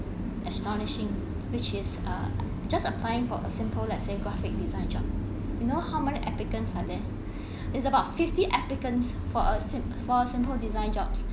astonishing which is uh just applying for a simple let's say graphic design job you know how many applicants are there it's about fifty applicants for a sim~ for a simple design job